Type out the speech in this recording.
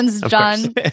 John